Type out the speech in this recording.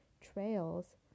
trails